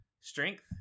Strength